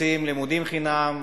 רוצים לימודים חינם,